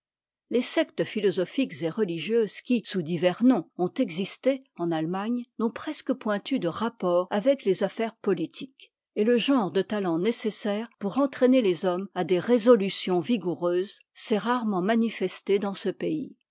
les sectes philosophiques et religieuses qui sous divers noms ont existé en allemagne n'ont presque point eu de rapport avec les affaires politiques et le genre de talent nécessaire pour entratner tes hommes à des résolutions vigoureuses s'est rarement manifesté dans ce pays